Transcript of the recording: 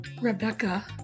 Rebecca